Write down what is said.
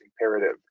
imperative